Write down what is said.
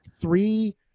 three